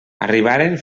arribaren